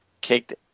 kicked